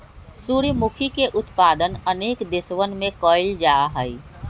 सूर्यमुखी के उत्पादन अनेक देशवन में कइल जाहई